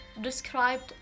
described